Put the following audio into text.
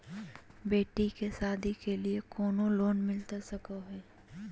बेटी के सादी के लिए कोनो लोन मिलता सको है?